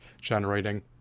generating